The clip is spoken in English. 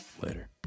Later